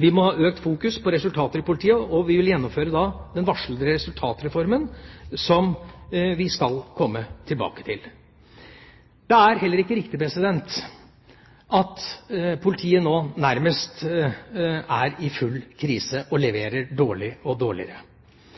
Vi må ha økt fokus på resultater i politiet, og vi vil gjennomføre den varslede resultatreformen, som vi skal komme tilbake til. Det er heller ikke riktig at politiet nå nærmest er i full krise og leverer dårligere og dårligere.